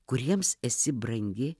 kuriems esi brangi